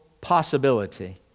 possibility